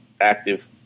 active